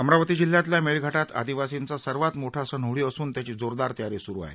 अमरावती जिल्ह्यातल्या मेळघाटात आदिवासींचा सर्वात मोठा सण होळी असून त्याची जोरदार तयारी स्रू आहे